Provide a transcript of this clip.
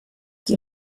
qui